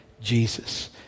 Jesus